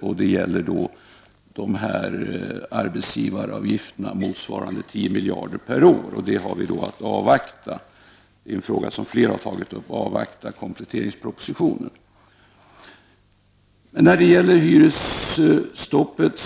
Detta gäller således arbetsgivaravgifterna, motsvarande en åtstramning av 10 miljarder kronor per år. Detta är en fråga som flera har tagit upp, men vi har alltså här att avvakta kompletteringspropositionen. När det gäller hyresstoppet